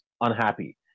unhappy